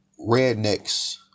rednecks